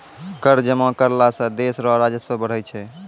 कर जमा करला सं देस रो राजस्व बढ़ै छै